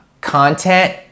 content